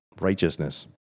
righteousness